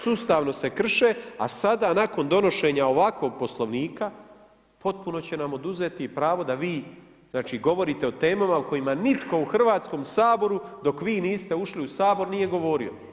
Sustavno se krše, a sada nakon donošenje ovakvog Poslovnika, potpuno će nam oduzeti pravo da vi govorite o temama o kojima nitko u Hrvatskom saboru dok vi niste ušli u Sabor, nije govorio.